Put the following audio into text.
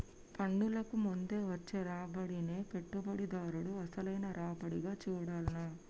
పన్నులకు ముందు వచ్చే రాబడినే పెట్టుబడిదారుడు అసలైన రాబడిగా చూడాల్ల